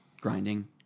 grinding